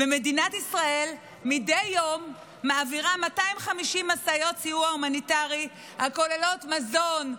ומדינת ישראל מדי יום מעבירה 250 משאיות סיוע הומניטרי הכוללות מזון,